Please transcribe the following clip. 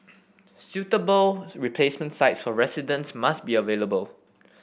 suitable replacement sites for residents must be available